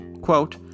Quote